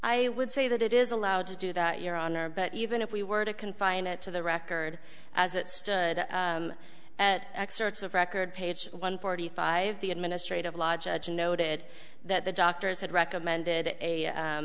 i would say that it is allowed to do that your honor but even if we were to confine it to the record as it stood at excerpts of record page one forty five the administrative law judge noted that the doctors had recommended a